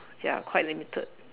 ya quite limited